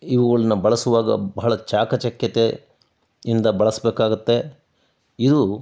ಇವುಗಳನ್ನ ಬಳಸುವಾಗ ಬಹಳ ಚಾಕಚಕ್ಯತೆ ಯಿಂದ ಬಳಸಬೇಕಾಗತ್ತೆ ಇದು